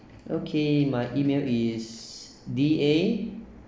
okay my email is D A